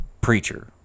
preacher